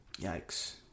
Yikes